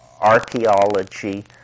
archaeology